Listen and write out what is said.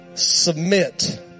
Submit